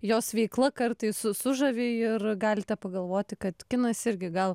jos veikla kartais su sužavi ir galite pagalvoti kad kinas irgi gal